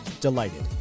delighted